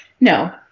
No